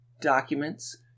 documents